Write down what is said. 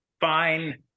fine